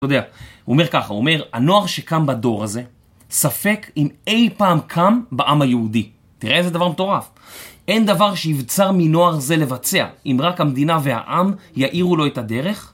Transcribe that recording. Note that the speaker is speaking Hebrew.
הוא אומר ככה, הוא אומר, הנוער שקם בדור הזה ספק אם אי פעם קם בעם היהודי. תראה איזה דבר מטורף. אין דבר שיבצר מנוער זה לבצע, אם רק המדינה והעם יאירו לו את הדרך?